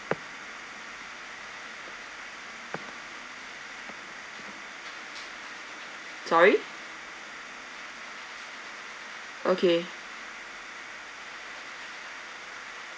sorry okay